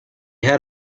had